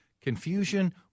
confusion